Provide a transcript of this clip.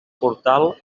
portal